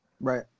Right